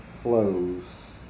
flows